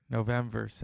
November